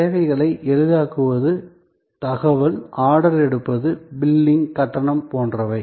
சேவைகளை எளிதாக்குவது தகவல் ஆர்டர் எடுப்பது பில்லிங் கட்டணம் போன்றவை